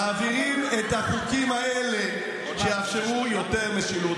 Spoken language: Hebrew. את החוקים האלה שיאפשרו יותר משילות.